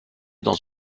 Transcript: dans